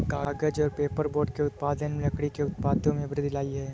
कागज़ और पेपरबोर्ड के उत्पादन ने लकड़ी के उत्पादों में वृद्धि लायी है